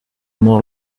more